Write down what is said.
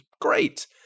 Great